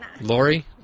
Lori